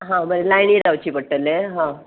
हां बरें लायनी रावचें पडटलें हा